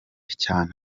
cyane